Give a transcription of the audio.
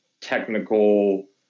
technical